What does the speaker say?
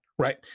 Right